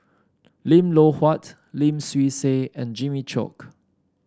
Lim Loh Huat Lim Swee Say and Jimmy Chok